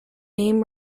name